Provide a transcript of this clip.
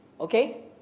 Okay